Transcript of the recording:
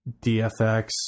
DFX